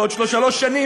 בעוד שלוש שנים,